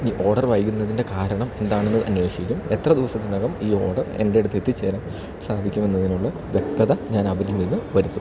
ഇനി ഓർഡർ വൈകുന്നതിൻ്റെ കാരണം എന്താണെന്ന് അന്വേഷിക്കും എത്ര ദിവസത്തിനകം ഈ ഓർഡർ എൻ്റെടുത്ത് എത്തി ചേരാൻ സാധിക്കുമെന്നതിനുള്ള വ്യക്തത ഞാൻ അവരിൽ നിന്ന് വരുത്തും